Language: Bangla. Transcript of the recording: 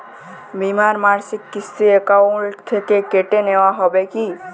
বিমার মাসিক কিস্তি অ্যাকাউন্ট থেকে কেটে নেওয়া হবে কি?